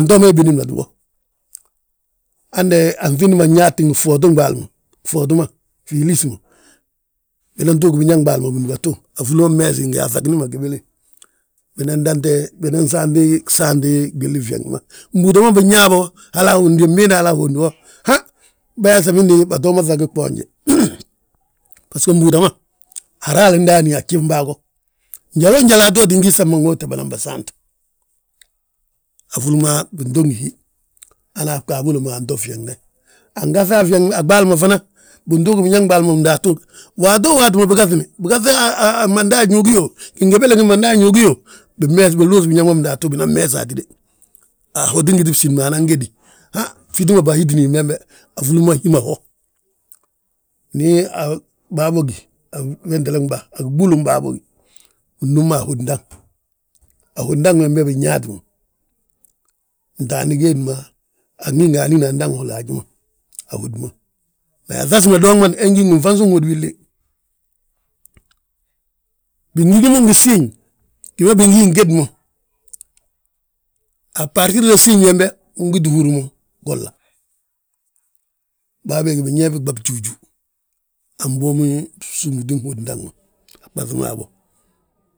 Anto hi binimati bo, hande anŧidni ma nyaate ngi ŧootin ɓaali ma, ŧooti ma fii lísi ma. Binan tuugi biñaŋ ɓaali ma bindúbatu, afúli ma mmeese nga aŧagini ma gébele, binan dante, binan saanti saanti gwili fyeŋde ma. Mbúuta mbin ñaa bo, hala ahondi mbina hala ahondi ho, han bâyaa samindi batoo ma ŧagi gboonje basgo mbúuta ma, haraali ndaani a gjif bâa go njaloo njali atooti ngi sam baŋóote banan bâa saant; Afúli ma binto ngi hí, hana a bgaabilo ma anto fyeŋde. Angaŧa a ɓaali ma fana, bintuugi biñaŋ ɓaali ma bindúbatu, waato waati ma bigaŧini, bigaŧi gimanda añuugi yo, gingebele gimanda añuugi yoo, bimmees, binluus biñaŋ bindúbatu binan mmeese hatide. Ahotigiti bsín ma nan gédi, haŋ ffiti ma bahitini bembe, afúli ma hi ma ho ndi bâ bógi, a wentele bâa a giɓúulin bâa bogi, binnúm ma a hód daŋ. A hód daŋ wembe inyaati ma, ntaandi gee ma, angí ngi anín andaŋ ma haji ma, a hódi ma; Me aŧasi ma dooŋman he ngi ngi nfansuŋ hódi willi. Bigi gi mo ngi siñ gi ma bingi géd mo, a bartirdo siñi wembe ungiti húr mo golla; Bâa bege bingi yaa biɓab júju, anbuumi bsúmbuuti hód daŋ ma, a ɓaŧi ma habo.